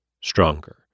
stronger